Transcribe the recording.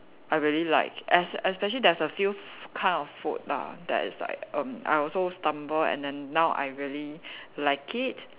I really like es~ especially there's a few f~ kind of food err that is like erm I also stumble and then now I really like it